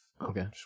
okay